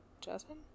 Jasmine